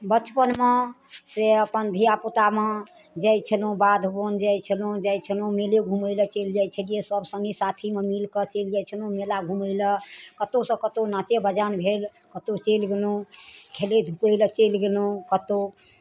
बचपनमे से अपन धियापुतामे जाइत छलहुँ बाध बन जाइत छलहुँ जाइत छलहुँ मेले घुमै लेल चलि जाइ छलियै सभ सङ्गी साथीमे मिल कऽ चलि जाइ छलहुँ मेला घुमै लेल कतहुसँ कतहु नाचे बजान भेल कतहु चलि गेलहुँ खेलै धुपै लेल चलि गेलहुँ कतहु